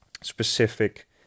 specific